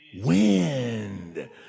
wind